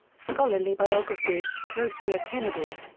scholarly biography kostya kennedy.